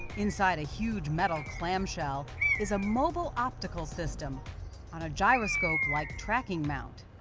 inside a huge metal clamshell is a mobile optical system on a gyroscope-like tracking mount.